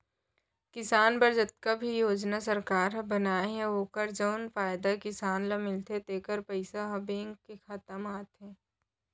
किसान बर जतका भी योजना सरकार ह बनाए हे अउ ओकर जउन फायदा किसान ल मिलथे तेकर पइसा ह बेंक के खाता म आथे